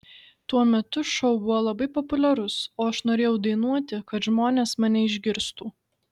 tuo metu šou buvo labai populiarus o aš norėjau dainuoti kad žmonės mane išgirstų